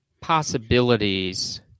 possibilities